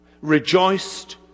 rejoiced